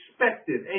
expected